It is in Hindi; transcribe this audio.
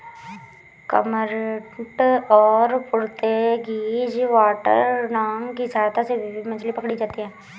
कर्मोंरेंट और पुर्तगीज वाटरडॉग की सहायता से भी मछली पकड़ी जाती है